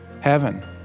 heaven